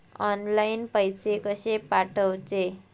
Online पैसे कशे पाठवचे?